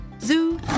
Zoo